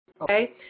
okay